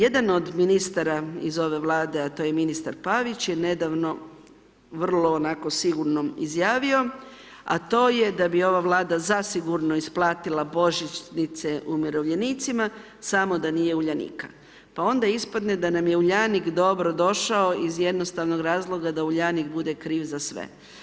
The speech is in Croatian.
Jedan od ministara iz ove Vlade a to je ministar Pavić je nedavno, vrlo onako sigurno izjavi a to je da bi ova Vlada zasigurno isplatila božićnice umirovljenicima samo da nije Uljanika pa onda ispadne da nam je Uljanik dobrodošao iz jednostavnog razloga da Uljanik bude kriv za sve.